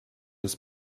uns